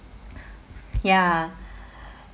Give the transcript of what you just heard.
ya